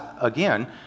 again